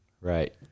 Right